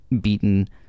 beaten